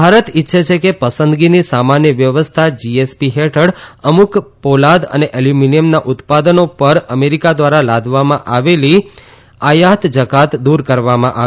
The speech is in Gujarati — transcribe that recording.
ભારત ઈચ્છે છે કે પસંદગીની સામાન્ય વ્યવસ્થા જીએસપી હેઠળ અમુક પોલાદ અને એલ્યુમિનિયમનાં ઉત્પાદનો પર અમેરિકા દ્વારા લાદવામાં આવેલી આયાત જકાત દૂર કરવામાં આવે